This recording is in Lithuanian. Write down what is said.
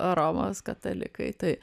romos katalikai tai